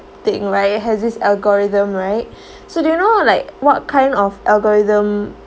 thing right has this algorithm right so do you know like what kind of algorithm